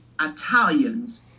Italians